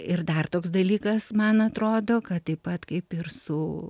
ir dar toks dalykas man atrodo kad taip pat kaip ir su